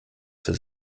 für